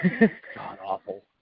God-awful